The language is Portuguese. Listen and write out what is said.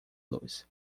luz